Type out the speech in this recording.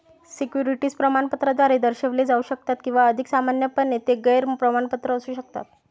securities प्रमाणपत्राद्वारे दर्शविले जाऊ शकतात किंवा अधिक सामान्यपणे, ते गैर प्रमाणपत्र असू शकतात